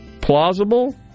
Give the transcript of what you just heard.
plausible